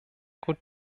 gut